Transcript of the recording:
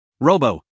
Robo